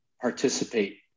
participate